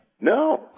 No